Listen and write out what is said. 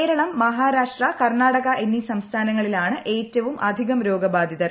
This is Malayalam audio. കേരളം മഹാരാഷ്ട്ര കർണ്ണാടക എന്നീ സംസ്ഥാനങ്ങളിലാണ് ഏറ്റവുമധികം രോഗബാധിതർ